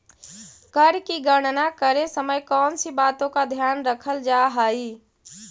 कर की गणना करे समय कौनसी बातों का ध्यान रखल जा हाई